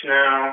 now